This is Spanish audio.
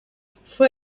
fue